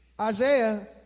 Isaiah